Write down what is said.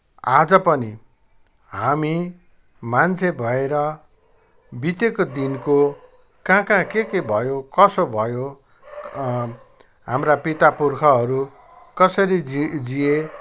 आज पनि हामी मान्छे भएर बितेको दिनको कहाँ कहाँ के के भयो कसो भयो हाम्रा पिता पुर्खाहरू कसरी जिए जिए